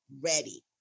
ready